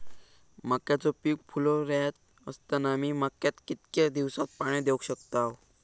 मक्याचो पीक फुलोऱ्यात असताना मी मक्याक कितक्या दिवसात पाणी देऊक शकताव?